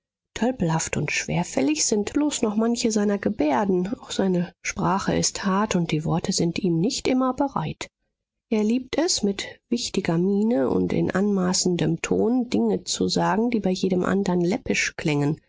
tölpelhaft und schwerfällig sind bloß noch manche seiner gebärden auch seine sprache ist hart und die worte sind ihm nicht immer bereit er liebt es mit wichtiger miene und in anmaßendem ton dinge zu sagen die bei jedem andern läppisch klängen